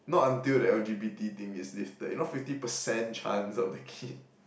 not until the L_G_B_T thing is lifted you know fifty percent chance of the kid